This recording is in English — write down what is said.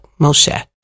Moshe